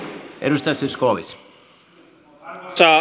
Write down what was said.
arvoisa herra puhemies